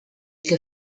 che